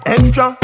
Extra